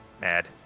mad